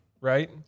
right